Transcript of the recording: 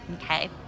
Okay